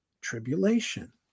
tribulation